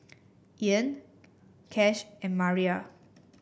Ean Cash and Maria